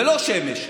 ולא שמש.